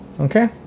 Okay